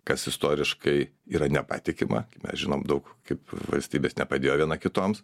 kas istoriškai yra nepatikima mes žinom daug kaip valstybės nepadėjo viena kitoms